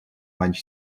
ланч